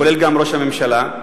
כולל לראש הממשלה,